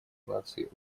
наций